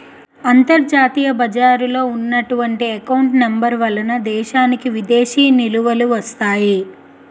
అంతర్జాతీయ బజారులో ఉన్నటువంటి ఎకౌంట్ నెంబర్ వలన దేశానికి విదేశీ నిలువలు వస్తాయి